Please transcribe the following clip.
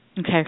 Okay